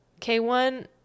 K1